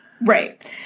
Right